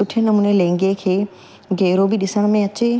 सुठे नमूने लहंगे खे गेरो बि ॾिसण में अचे